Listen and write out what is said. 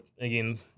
again